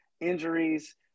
injuries